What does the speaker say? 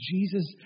Jesus